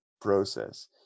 process